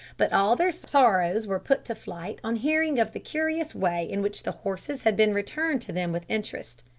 but all their sorrows were put to flight on hearing of the curious way in which the horses had been returned to them with interest.